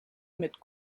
mit